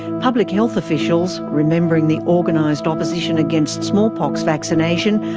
public health officials, remembering the organised opposition against smallpox vaccination,